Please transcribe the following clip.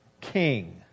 king